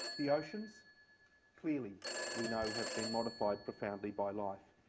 the oceans clearly we know have been modified profoundly by life.